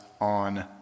on